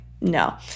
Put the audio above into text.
no